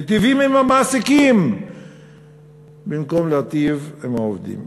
מטיבים עם המעסיקים במקום להטיב עם העובדים.